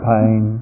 Pain